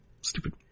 Stupid